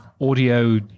audio